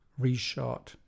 reshot